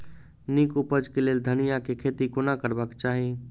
नीक उपज केँ लेल धनिया केँ खेती कोना करबाक चाहि?